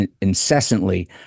incessantly